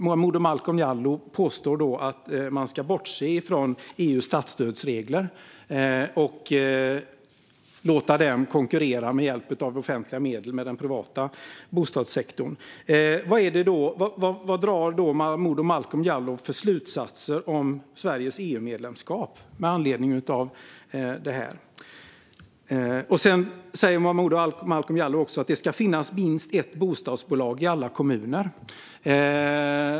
Momodou Malcolm Jallow påstår att man ska bortse från EU:s statsstödsregler och låta dem konkurrera med den privata bostadssektorn med hjälp av offentliga medel. Vad drar Momodou Malcolm Jallow för slutsatser om Sveriges EU-medlemskap med anledning av detta? Momodou Malcolm Jallow sa också att det ska finnas minst ett bostadsbolag i varje kommun.